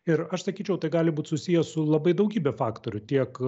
ir aš sakyčiau tai gali būt susiję su labai daugybe faktorių tiek